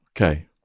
Okay